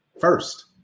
first